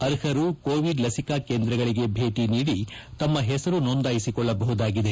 ಅರ್ಹರು ಕೋವಿಡ್ ಲಸಿಕಾ ಕೇಂದ್ರಗಳಿಗೆ ಭೇಟಿ ನೀಡಿ ತಮ್ನ ಹೆಸರು ನೋಂದಾಯಿಸಿಕೊಳ್ಳಬಹುದಾಗಿದೆ